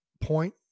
point